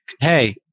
hey